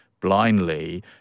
blindly